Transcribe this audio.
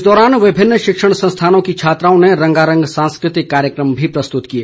इस दौरान विभिन्न शिक्षण संस्थानों की छात्राओं ने रंगारंग सांस्कृतिक कार्यक्रम भी प्रस्तुत किए